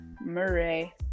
Murray